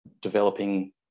developing